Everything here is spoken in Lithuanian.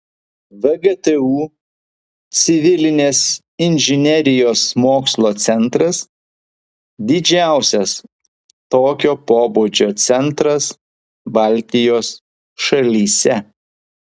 vgtu civilinės inžinerijos mokslo centras didžiausias tokio pobūdžio centras baltijos šalyse